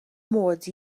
mod